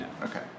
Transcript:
Okay